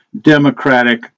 democratic